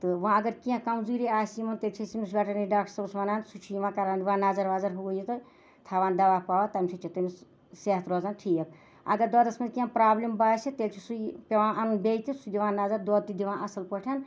تہٕ وٕ اگر کینٛہہ کمزوٗری آسہِ یِمَن تیٚلہِ چھِ أسۍ أمِس وٮ۪ٹٔنٔری ڈاکٹَر صٲبَس وَنان سُہ چھِ یِوان کَران دِوان نظر وظر ہوٗ یہِ تہٕ تھاوان دَوا پَوا تَمہِ سۭتۍ چھِ تٔمِس صحت روزان ٹھیٖک اگر دۄدَس منٛز کینٛہہ پرٛابلِم باسہِ تیٚلہِ چھِ سُہ یہِ پٮ۪وان اَنُن بیٚیہِ تہِ سُہ دِوان نظر دۄد تہِ دِوان اَصٕل پٲٹھۍ